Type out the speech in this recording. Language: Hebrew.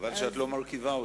חבל שאת לא מרכיבה אותה.